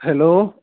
hello